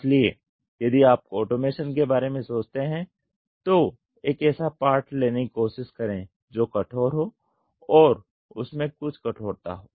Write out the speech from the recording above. इसलिए यदि आप ऑटोमेशन के बारे में सोचते हैं तो एक ऐसा पार्ट लेने की कोशिश करें जो कठोर हो और उसमें कुछ कठोरता हो